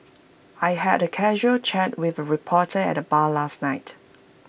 I had A casual chat with A reporter at the bar last night